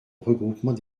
regroupement